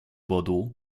bordeaux